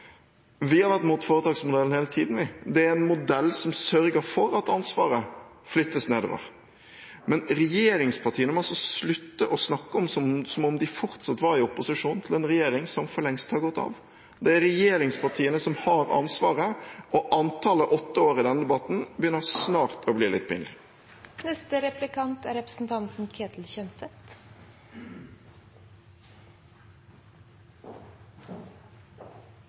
Vi har vært imot foretaksmodellen hele tiden. Det er en modell som sørger for at ansvaret flyttes nedover. Men regjeringspartiene må slutte å snakke som om de fortsatt var i opposisjon til en regjering som for lengst har gått av. Det er regjeringspartiene som har ansvaret, og antallet «åtte år» i denne debatten begynner snart å bli litt pinlig. Foretaksmodell eller ei, det er